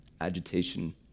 agitation